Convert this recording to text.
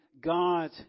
God